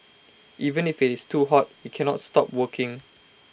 even if it's too hot we cannot stop working